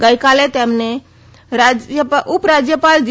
ગઈકાલે તેમની ઉપરાજ્યપાલ જી